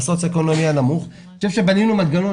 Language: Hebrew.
בנינו מנגנון